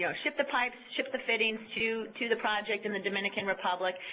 ah ship the pipes, ship the fittings, to to the project in the dominican republic,